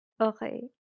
Okay